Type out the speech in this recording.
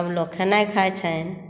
तब लोग खेनाइ खाइ छनि आओर